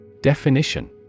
Definition